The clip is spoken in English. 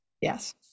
yes